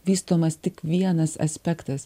vystomas tik vienas aspektas